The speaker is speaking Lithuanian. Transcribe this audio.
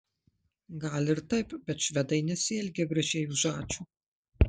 gal ir taip bet švedai nesielgia gražiai už ačiū